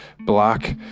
block